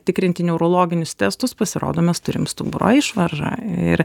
tikrinti neurologinius testus pasirodo mes turim stuburo išvaržą ir